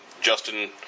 Justin